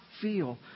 feel